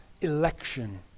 election